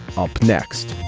up next